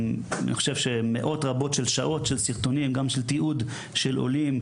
יש סרטונים של תיעוד של עולים,